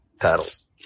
paddles